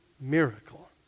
miracle